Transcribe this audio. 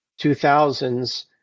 2000s